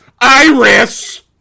Iris